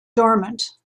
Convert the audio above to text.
dormant